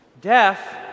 death